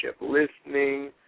listening